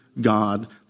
God